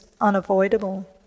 unavoidable